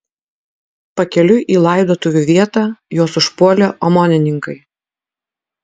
pakeliui į laidotuvių vietą juos užpuolė omonininkai